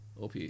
OP